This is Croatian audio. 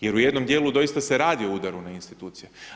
Jer u jednom dijelu doista se radi o ugovoru na institucije.